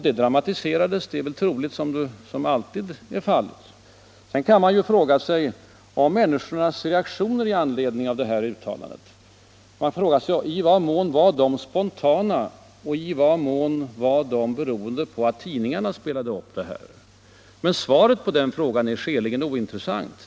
Det är väl troligt att det — som alltid är fallet — dramatiserades. Men man kan när det gäller människornas reaktioner med anledning av sådana uttalanden fråga sig i vad mån reaktionerna är spontana eller beroende av att tidingarna ”spelade upp” vad som sades. Men svaret på den frågan är skäligen ointressant.